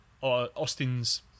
Austin's